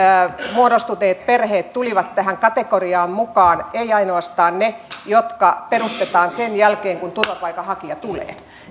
muodostetut perheet tulivat tähän kategoriaan mukaan ei ainoastaan ne jotka perustetaan sen jälkeen kun turvapaikanhakija tulee